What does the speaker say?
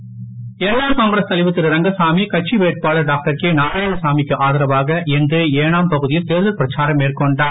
Rangasamy NR Congress தலைவர் திரு ரங்கசாமி கட்சி வேட்பாளர் டாக்டர் கே நாராயணசாமிக்கு ஆதரவாக இன்று ஏனாம் பகுதியில் தேர்தல் பிரச்சாரம் மேற்கொண்டார்